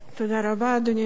אדוני היושב-ראש,